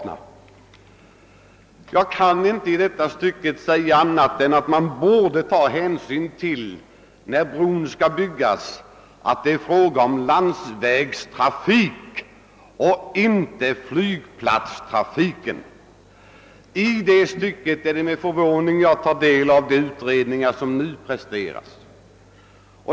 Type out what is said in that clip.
När bron skall byggas bör man ta hänsyn till att det är fråga om landsvägstrafik och inte flygplatstrafik. I det sammanhanget är det med förvåning jag tar del av de utredningar som nu presteras.